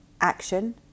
action